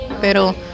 Pero